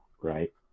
right